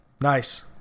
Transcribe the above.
Nice